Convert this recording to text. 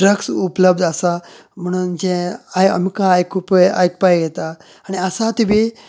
Drax उपलब्द आसा म्हणून जे आय आमकां आयकूपा आयकपाक येता आनी आसात बी